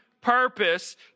purpose